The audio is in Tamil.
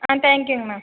ஆ தேங்க்யூங்க மேம்